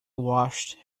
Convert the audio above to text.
washed